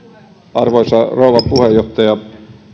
arvoisa rouva puheenjohtaja